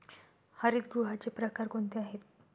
हरितगृहाचे प्रकार कोणते आहेत?